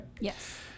Yes